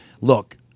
look